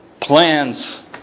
plans